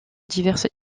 diverses